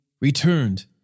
returned